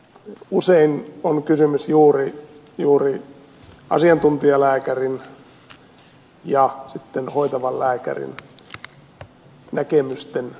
usein on kysymys juuri asiantuntijalääkärin ja hoitavan lääkärin näkemysten ristiriidasta